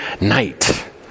night